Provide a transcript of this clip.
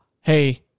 hey